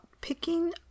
picking